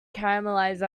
caramelized